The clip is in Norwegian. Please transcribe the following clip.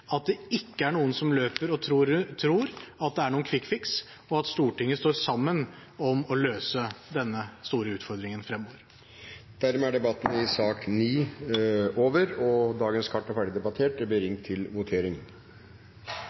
at det ikke er noen som løper og tror at det er noen «quick-fix», og at Stortinget står sammen om å løse denne store utfordringen fremover. Dermed er debatten i sak nr. 9 over. Dagens kart er ferdigbehandlet, og det blir ringt til votering.